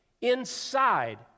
inside